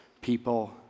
people